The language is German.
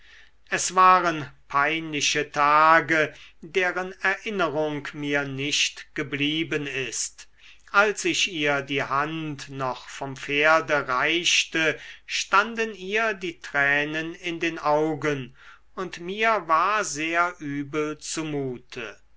es waren peinliche tage deren erinnerung mir nicht geblieben ist als ich ihr die hand noch vom pferde reichte standen ihr die tränen in den augen und mir war sehr übel